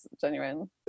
genuine